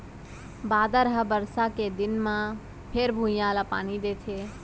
बादर ह बरसा के दिन म फेर भुइंया ल पानी देथे